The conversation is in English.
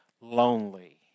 lonely